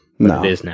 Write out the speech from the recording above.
No